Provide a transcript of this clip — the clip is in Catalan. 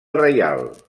reial